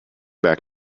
back